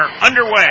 underway